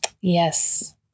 Yes